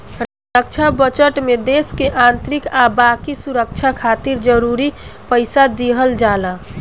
रक्षा budget में देश के आंतरिक आ बाकी सुरक्षा खातिर जरूरी पइसा दिहल जाला